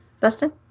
Dustin